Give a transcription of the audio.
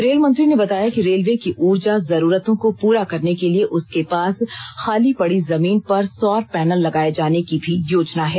rail मंत्री ने बताया कि रेलवे की ऊर्जा जरूरतों को पूरा करने के लिए उसके पास खाली पडी जमीन पर सौर पैनल लगाए जाने की भी योजना है